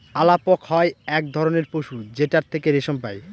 আলাপক হয় এক ধরনের পশু যেটার থেকে রেশম পাই